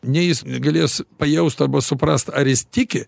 nei jis galės pajaust arba suprast ar jis tiki